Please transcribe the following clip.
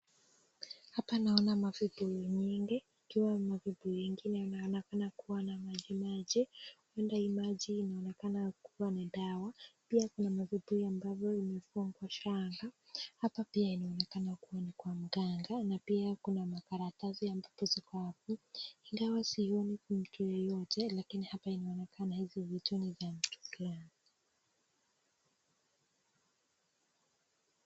Hapa naona mavibuyu nyingi ikiwa na vibuyu ingine. inaonekana kuwa na maji maji. Huenda hii maji inaonekana kuwa ni dawa. Pia Kuna vibuyu pia imefungwa shanga, hapa inaonekana kuwa ni kwa mganga. Hapa sioni mtu lakiniinaonekana hii vitu ni za mtu Fulani.